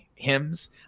hymns